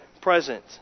present